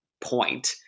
point